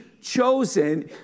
chosen